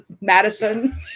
Madison